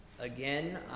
Again